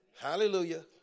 Hallelujah